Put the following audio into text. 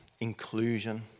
Inclusion